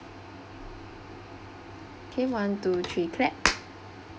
okay one two three clap